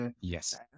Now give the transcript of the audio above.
Yes